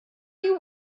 you